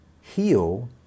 heal